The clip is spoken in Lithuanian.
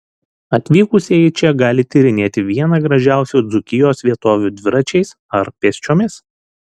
atvykusieji čia gali tyrinėti vieną gražiausių dzūkijos vietovių dviračiais ar pėsčiomis